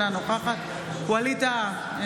אינה נוכחת ווליד טאהא,